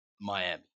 Miami